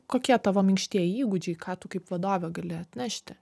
kokie tavo minkštieji įgūdžiai ką tu kaip vadovė gali atnešti